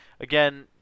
Again